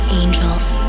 angels